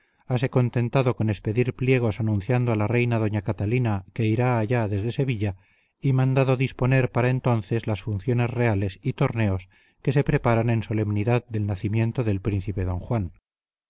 hase contentado con expedir pliegos anunciando a la reina doña catalina que irá allá desde sevilla y mandado disponer para entonces las funciones reales y torneos que se preparaban en solemnidad del nacimiento del príncipe don juan